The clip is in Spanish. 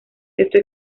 esto